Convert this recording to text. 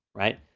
right?